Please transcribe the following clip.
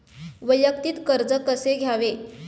वैयक्तिक कर्ज कसे घ्यावे?